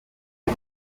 new